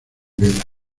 vela